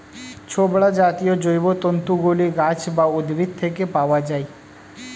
ছোবড়া জাতীয় জৈবতন্তু গুলি গাছ বা উদ্ভিদ থেকে পাওয়া যায়